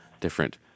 different